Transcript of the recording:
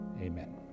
Amen